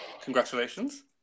Congratulations